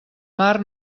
mar